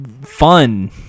fun